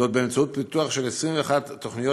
באמצעות פיתוח של 21 תוכניות,